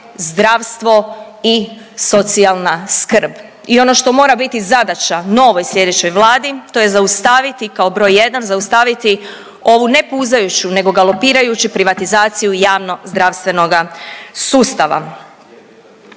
zdravstvo i socijalna skrb. I ono što mora biti zadaća novoj slijedećoj Vladi, to je zaustaviti, kao broj jedan, zaustaviti ovu ne puzajuću nego galopirajuću privatizaciju javnozdravstvenoga sustava.